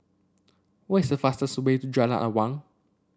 what is the fastest way to Jalan Awang